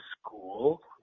school